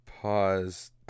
pause